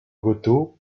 gotō